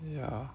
ya